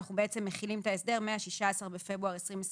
אנחנו בעצם מחילים את ההסדר מה-16 בפברואר 2023